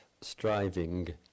Striving